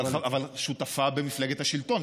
אבל שותפה במפלגת השלטון,